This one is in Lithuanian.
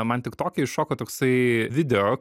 man tiktoke iššoko toksai video